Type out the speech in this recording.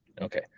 Okay